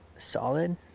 solid